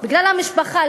בגלל המשפחה,